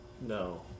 No